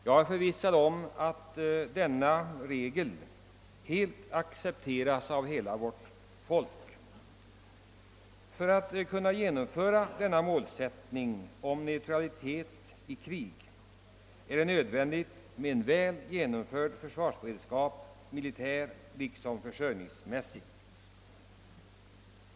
Jag är förvissad om att denna regel helt accepteras av hela vårt folk. För att kunna förverkliga målsättningen neutralitet i krig är det nödvändigt med en väl genomförd försvarsberedskap, i militärt avsende såväl som försörjningsmässigt.